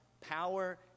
power